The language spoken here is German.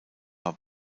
war